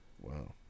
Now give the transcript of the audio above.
Wow